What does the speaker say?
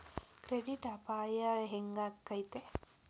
Credit ಅಪಾಯಾ ಹೆಂಗಾಕ್ಕತೇ?